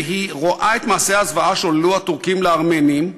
והיא רואה את מעשי הזוועה שעוללו הטורקים לארמנים,